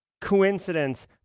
coincidence